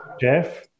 Jeff